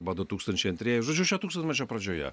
va du tūkstančiai antrieji žodžiu šio tūkstantmečio pradžioje